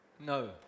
no